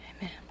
Amen